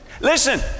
Listen